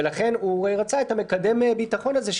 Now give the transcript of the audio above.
ולכן הוא רצה את מקדם הביטחון הזה.